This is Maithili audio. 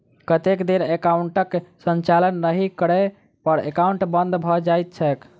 कतेक दिन एकाउंटक संचालन नहि करै पर एकाउन्ट बन्द भऽ जाइत छैक?